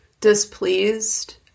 displeased